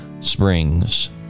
springs